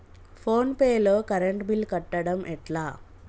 Phone pay లో current bill కట్టడం ఎట్లా?